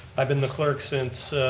i've been the clerk since